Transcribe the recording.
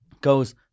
Goes